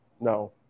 No